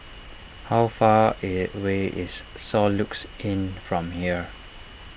how far away is Soluxe Inn from here